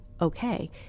okay